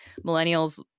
millennials